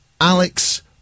Alex